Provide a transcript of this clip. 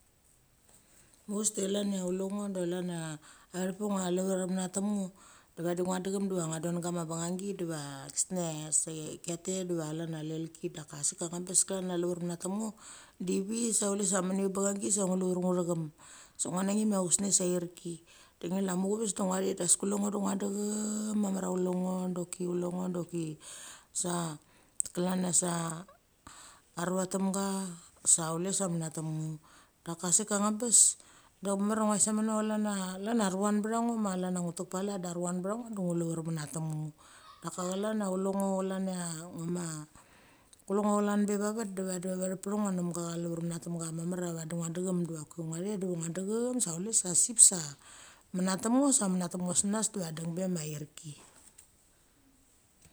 Mues de chlan ia chule ngo de chlan vathek petha ngo ia liver menet tam ngo da ve di ngia decham diva ngo don koma bangngi diva chesnecha secha kai tet diva chlan ia lelki. Daka sik ka ngbes klan a liver mennat tam ngo, di ivi sa chul sa mim bangangi sa ngu liver ngu thacham sa ngia nanem cha chusnecha sa a erki. Di ngilai muchaves da ngothet des kule ngo da ngia decham mamar a chule ngo, da choki chule ngo, do choki sa chlan necha sa a rucha temga sa chule sa men net tam ngo. Daka angabes da mamar ia ngua thet sameno chalan ia lania aruan btha ngo ma chalan ia ngu tek pa lat da aruan ba ngo da ngu lavar manatum ngo. Daka chlan a chule ngo chlancha uguma kule ngo chlan be vavet de vedi vathek pecha ngo nemga cha liver men nat tamga mamar cha vedi ngo decham diva choki ngia thet diva ngia decham sa chule sa sip sa men necha tam ngo sa mennecha tam ngo sena divaden be ma erki.